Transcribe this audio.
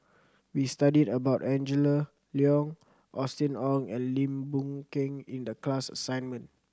we studied about Angela Liong Austen Ong and Lim Boon Keng in the class assignment